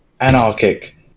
anarchic